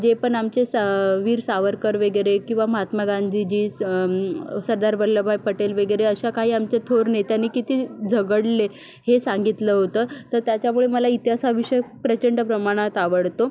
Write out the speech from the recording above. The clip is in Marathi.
जे पण आमचे सं वीर सावरकर वगैरे किवा महात्मा गांधीजी सं सरदार वल्लभभाई पटेल वगैरे अशा काही आमच्या थोर नेत्यांनी किती झगडले हे सांगितलं होतं तर त्याच्यामुळे मला इतिहास विषय प्रचंड प्रमाणात आवडतो